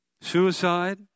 Suicide